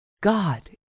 God